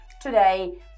today